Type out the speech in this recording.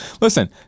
listen